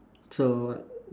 so what